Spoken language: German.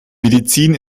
medizin